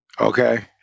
Okay